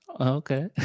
Okay